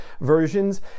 versions